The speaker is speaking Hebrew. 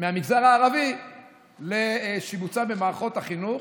מהמגזר הערבי לשיבוצם במערכות החינוך.